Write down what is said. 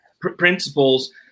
principles